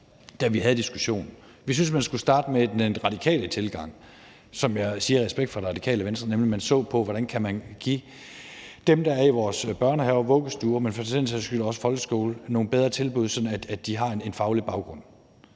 da vi havde diskussionen. Vi synes, man skulle starte med den radikale tilgang, som jeg siger af respekt for Radikale Venstre, nemlig at man så på, hvordan man kan give dem, der er i vores børnehaver og vuggestuer, men for den sags skyld også folkeskole, nogle bedre tilbud, sådan at de har en faglig baggrund.